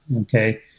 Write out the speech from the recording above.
okay